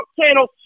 channel